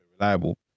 reliable